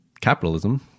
capitalism